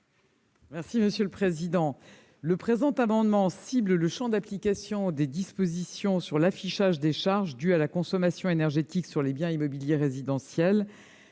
est à Mme la ministre. Le présent amendement cible le champ d'application des dispositions sur l'affichage des charges dues à la consommation énergétique sur les biens immobiliers résidentiels.